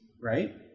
right